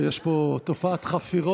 תודה.